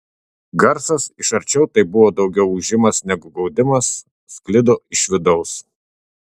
garsas iš arčiau tai buvo daugiau ūžimas negu gaudimas sklido iš vidaus